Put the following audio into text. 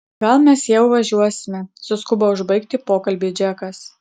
gal mes jau važiuosime suskubo užbaigti pokalbį džekas